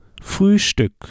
Frühstück